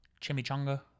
Chimichanga